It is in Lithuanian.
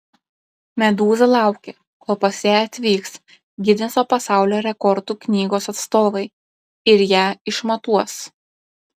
medūza laukia kol pas ją atvyks gineso pasaulio rekordų knygos atstovai ir ją išmatuos